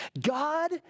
God